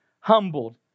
humbled